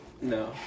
No